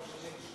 17,